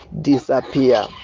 disappear